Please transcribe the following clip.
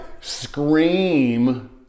scream